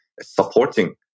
supporting